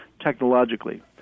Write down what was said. technologically